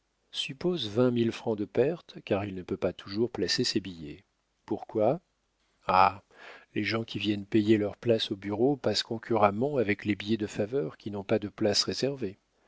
suppose vingt mille francs de perte car il ne peut pas toujours placer ses billets pourquoi ah les gens qui viennent payer leurs places au bureau passent concurremment avec les billets de faveur qui n'ont pas de places réservées